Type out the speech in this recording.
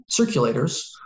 circulators